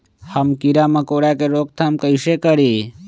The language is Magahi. हम किरा मकोरा के रोक थाम कईसे करी?